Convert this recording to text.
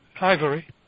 ivory